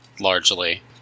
largely